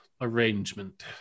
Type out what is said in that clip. arrangement